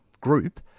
group